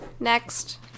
Next